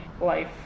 life